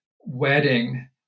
wedding